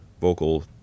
vocal